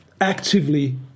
actively